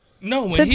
No